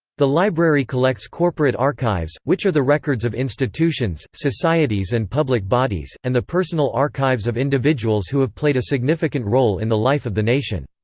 the library collects corporate archives, which are the records of institutions, societies and public bodies, and the personal archives of individuals who have played a significant role in the life of the nation.